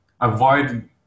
avoid